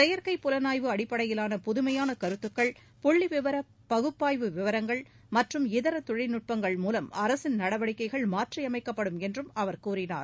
செயற்கை புலனாய்வு அடிப்படையிலான புதுமையான கருத்துக்கள் புள்ளி விவர பகுப்பாய்வு விவரங்கள் மற்றும் இதர தொழில்நுட்பங்கள் மூலம் அரசின் நடவடிக்கைகள் மாற்றியமைக்கப்படும் என்றும் அவர் கூறினார்